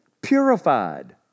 purified